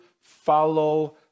follow